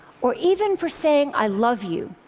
or even for saying, i love you,